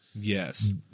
Yes